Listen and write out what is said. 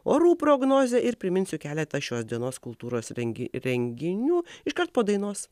orų prognozę ir priminsiu keletą šios dienos kultūros rengi renginių iškart po dainos